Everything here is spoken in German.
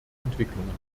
entwicklungen